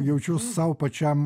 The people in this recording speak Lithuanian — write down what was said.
jaučiu sau pačiam